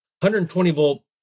120-volt